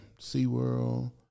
SeaWorld